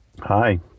Hi